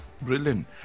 Brilliant